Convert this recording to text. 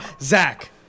Zach